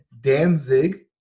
Danzig